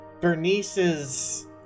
Bernice's